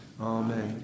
Amen